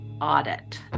audit